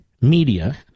media